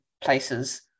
places